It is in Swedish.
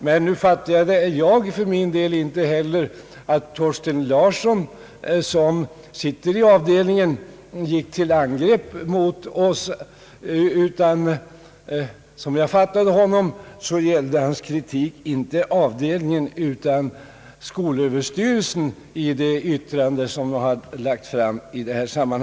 Men nu fattade jag för min del inte heller saken så, att herr Thorsten Larsson, som sitter i avdelningen, gick till angrepp mot oss utan att hans kritik avsåg skolöverstyrelsens yttrande över motionerna. Herr talman!